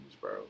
bro